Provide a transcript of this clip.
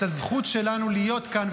את הזכות שלנו להיות כאן,